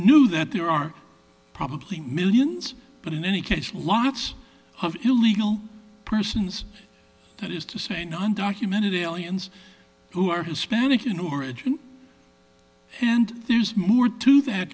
knew that there are probably millions but in any case lots of illegal persons that is to say no undocumented aliens who are hispanic in origin and there's more to that